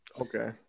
Okay